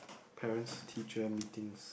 parent teacher meeting